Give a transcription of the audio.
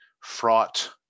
fraught